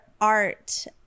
art